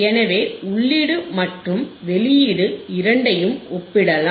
எனவே உள்ளீடு மற்றும் வெளியீடு இரண்டையும் ஒப்பிடலாம்